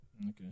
Okay